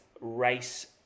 race